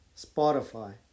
Spotify